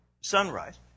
sunrise